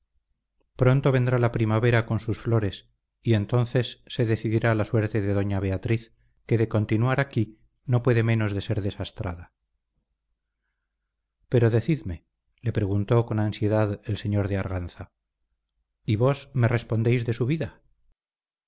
pronto vendrá la primavera con sus flores y entonces se decidirá la suerte de doña beatriz que de continuar aquí no puede menos de ser desastrada pero decidme le preguntó con ansiedad el señor de arganza y vos me respondéis de su vida